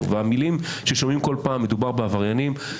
והמילים ששומעים כל פעם: "המדובר בעבריינים",